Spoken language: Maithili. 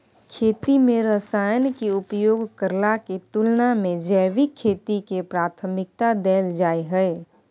खेती में रसायन के उपयोग करला के तुलना में जैविक खेती के प्राथमिकता दैल जाय हय